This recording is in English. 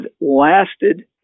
lasted